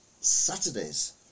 Saturdays